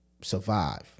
survive